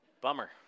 Bummer